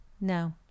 no